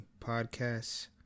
Podcasts